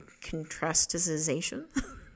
contrastization